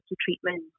treatment